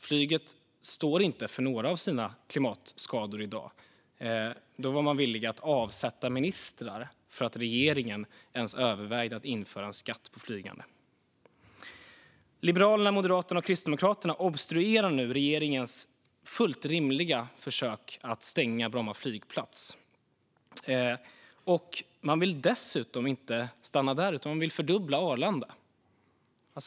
Flyget står alltså inte för några av sina klimatskador i dag, men man var villig att avsätta ministrar för att regeringen ens övervägde att införa en skatt på flygande. Liberalerna, Moderaterna och Kristdemokraterna obstruerar nu också regeringens fullt rimliga försök att stänga Bromma flygplats. Man vill dessutom inte stanna där, utan man vill fördubbla Arlanda.